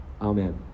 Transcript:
Amen